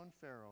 Pharaoh